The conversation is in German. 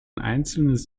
einzelnes